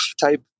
type